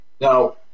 Now